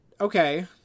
okay